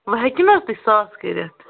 وٕ ہٮ۪کہِ نہٕ حظ تُہۍ ساس کٔرِتھ